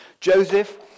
Joseph